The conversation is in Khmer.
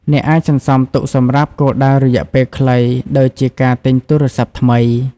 អ្នកអាចសន្សំទុកសម្រាប់គោលដៅរយៈពេលខ្លី ដូចជាការទិញទូរស័ព្ទថ្មី។